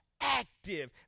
active